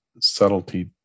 subtlety